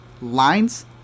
lines